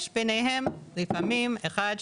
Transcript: יש ביניהם לפעמים אחד,